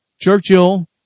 Churchill